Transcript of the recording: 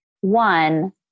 one